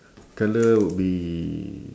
colour would be